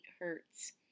Hertz